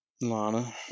Lana